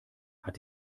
hat